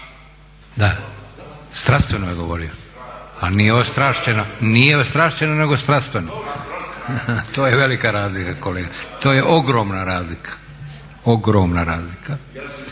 Da, strastveno je govorio, a nije ostrašćeno nego strastveno. To je velika razlika kolega, to je ogromna razlika. Dobro.